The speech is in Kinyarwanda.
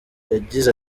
yagize